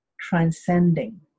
transcending